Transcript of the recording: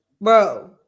Bro